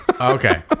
Okay